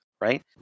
right